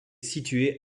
située